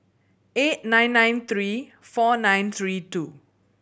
eight nine nine three four nine three two